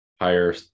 higher